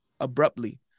abruptly